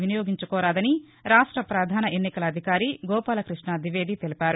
వినియోగించుకోరాదని రాష్ట్ర ప్రధాన ఎన్నికల అధికారి గోపాలకృష్ణ ద్వివేది తెలిపారు